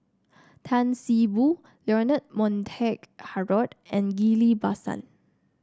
Tan See Boo Leonard Montague Harrod and Ghillie Basan